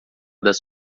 das